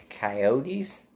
Coyotes